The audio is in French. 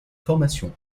formation